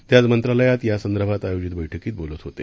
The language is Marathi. ते आज मंत्रालयात यासंदर्भात आयोजित बर्क्कीत बोलत होते